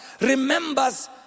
remembers